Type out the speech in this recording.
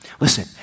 Listen